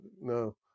no